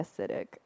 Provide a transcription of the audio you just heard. acidic